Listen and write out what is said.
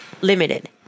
limited